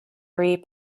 free